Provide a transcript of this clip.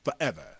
forever